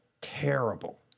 terrible